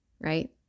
right